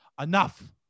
enough